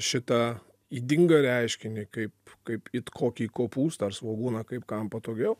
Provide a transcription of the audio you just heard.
šitą ydingą reiškinį kaip kaip it kokį kopūstą ar svogūną kaip kam patogiau